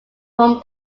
from